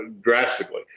drastically